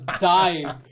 dying